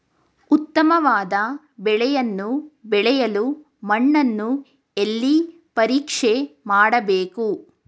ಉತ್ತಮವಾದ ಬೆಳೆಯನ್ನು ಬೆಳೆಯಲು ಮಣ್ಣನ್ನು ಎಲ್ಲಿ ಪರೀಕ್ಷೆ ಮಾಡಬೇಕು?